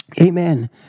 Amen